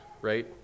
right